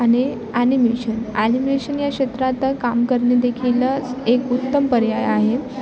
आणि animation animation या क्षेत्रात काम करणे देखील एक उत्तम पर्याय आहे